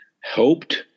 helped